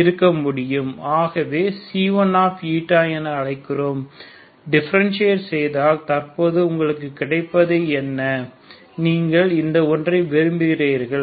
இருக்க முடியும் ஆகவே அதை C1 என அழைக்கிறோம் டிஃபரண்டியட் செய்தால் தற்பொழுது உங்களுக்கு கிடைப்பது என்ன நீங்கள் இந்த ஒன்றை விரும்புகிறீர்கள்